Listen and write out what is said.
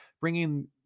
bringing